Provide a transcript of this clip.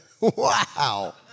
Wow